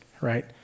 Right